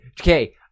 okay